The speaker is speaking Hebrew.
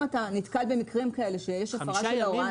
אם אתה נתקל במקרים כאלה שיש הפרה של ההוראה